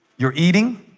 you're eating